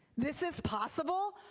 this is possible?